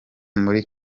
muri